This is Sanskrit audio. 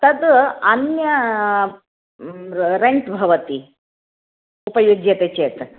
तद् अन्य रेण्ट् भवति उपयुज्यते चेत्